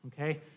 okay